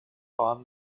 farm